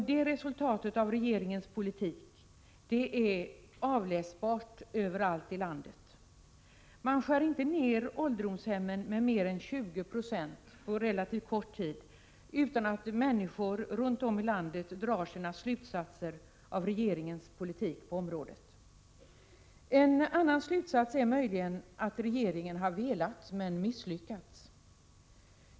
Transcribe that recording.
Detta resultat av regeringens politik är avläsbart överallt i landet. Man skär inte ned på ålderdomshemmen med mer än 20 96 på en relativt kort tid utan att människor runt om i landet drar sina egna slutsatser av regeringens politik på området. En annan slutsats är möjligen att regeringen har velat men misslyckats.